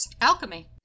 Alchemy